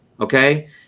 Okay